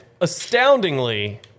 astoundingly